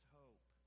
hope